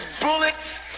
bullets